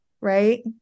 Right